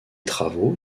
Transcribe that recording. travaux